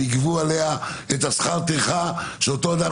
ויגבו עליה את שכר הטרחה שאותו אדם